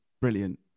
brilliant